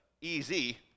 easy